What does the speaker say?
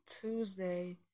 Tuesday